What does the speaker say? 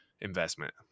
investment